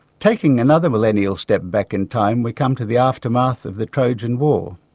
taking another millennial step back in time we come to the aftermath of the trojan war,